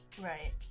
right